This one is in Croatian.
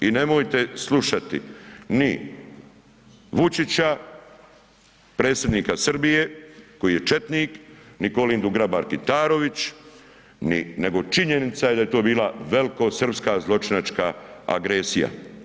I nemojte slušati ni Vučića, predsjednika Srbije, koji je četnik, ni Kolindu Grabar Kitarović ni, nego činjenica je da je to bila velikosrpska zločinačka agresija.